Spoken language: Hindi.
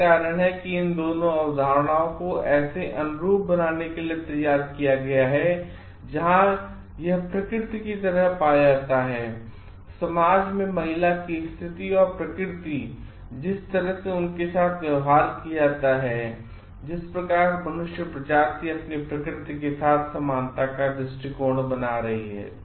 यही कारण है कि इन दोनों अवधारणाओं को ऐसे अनुरूप बनाने के लिए तैयार किया गया है जहां यह प्रकृति की तरह पाया जाता है और समाज में महिला की स्थिति और प्रकृति और जिस तरह से उनके साथ व्यवहार किया जाता है जिस प्रकार मनुष्य प्रजाति अपनी प्रकृति के साथ समानता का दृश्टिकोण बना रही है